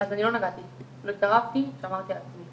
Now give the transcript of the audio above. אז אני לא נגעתי, לא התקרבתי, שמרתי על עצמי.